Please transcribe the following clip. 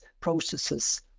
processes